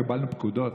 קיבלנו פקודות.